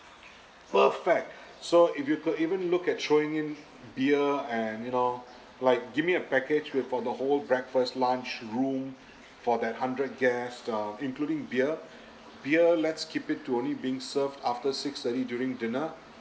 perfect so if you could even look at throwing in beer and you know like give me a package with for the whole breakfast lunch room for that hundred guests uh including beer beer let's keep it to only being served after six thirty during dinner